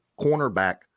cornerback